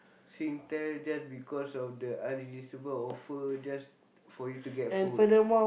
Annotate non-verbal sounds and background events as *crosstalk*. Singtel just because of the unresistible offer just for you to get food *noise*